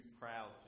proud